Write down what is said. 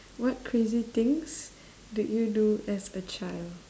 what crazy things did you do as a child